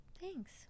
Thanks